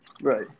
Right